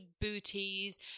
booties